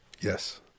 Yes